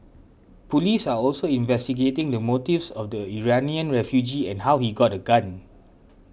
police are also investigating the motives of the Iranian refugee and how he got a gun